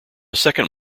second